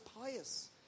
pious